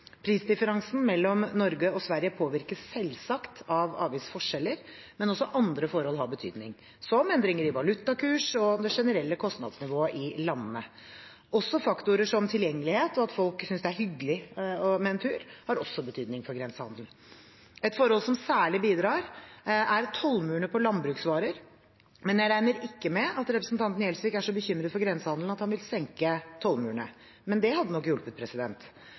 Prisdifferansen mellom Norge og Sverige påvirkes selvsagt av avgiftsforskjeller, men også andre forhold har betydning, som endringer i valutakurs og det generelle kostnadsnivået i landene. Også faktorer som tilgjengelighet og at folk synes det er hyggelig med en tur, har betydning for grensehandel. Et forhold som særlig bidrar, er tollmurene på landbruksvarer, men jeg regner ikke med at representanten Gjelsvik er så bekymret for grensehandelen at han vil senke tollmurene. Men det hadde nok hjulpet.